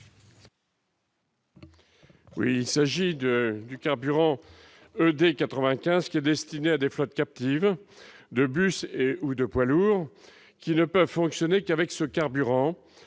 porte sur le carburant ED95, qui est destiné à des flottes captives de bus ou de poids lourds ne pouvant fonctionner qu'avec ce carburant